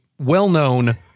well-known